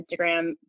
Instagram